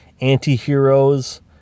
anti-heroes